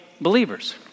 believers